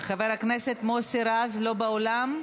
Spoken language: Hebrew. חבר הכנסת מוסי רז לא באולם?